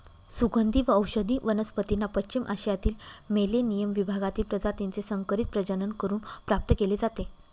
सुगंधी व औषधी वनस्पतींना पश्चिम आशियातील मेलेनियम विभागातील प्रजातीचे संकरित प्रजनन करून प्राप्त केले जाते